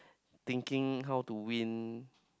thinking how to win